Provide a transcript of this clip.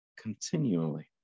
continually